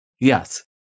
Yes